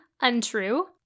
untrue